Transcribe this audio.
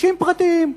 כבישים פרטיים.